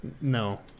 No